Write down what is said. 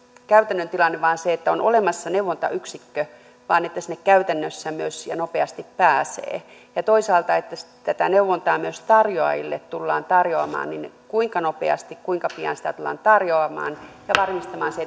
käytännön tilanne ei ole vain se että on olemassa neuvontayksikkö vaan että sinne käytännössä myös ja nopeasti pääsee ja toisaalta että tätä neuvontaa myös tarjoajille tullaan tarjoamaan kuinka nopeasti kuinka pian sitä tullaan tarjoamaan ja varmistamaan se